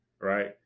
right